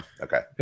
Okay